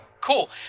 Cool